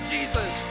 Jesus